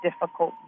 difficult